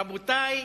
רבותי,